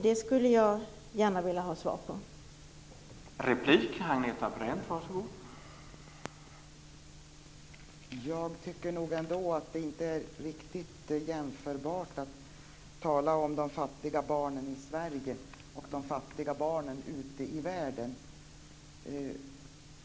Jag skulle gärna vilja ha en kommentar kring detta.